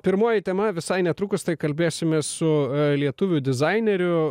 pirmoji tema visai netrukus tai kalbėsimės su lietuvių dizaineriu